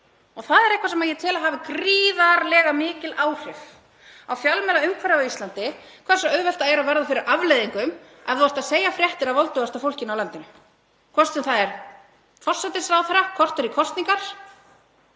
Það er eitthvað sem ég tel að hafi gríðarlega mikil áhrif á fjölmiðlaumhverfið á Íslandi, hversu auðvelt það er að verða fyrir afleiðingum ef þú ert að segja fréttir af voldugasta fólkinu í landinu, hvort sem það er forsætisráðherra korter í kosningar